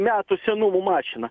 metų senumo mašina